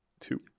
two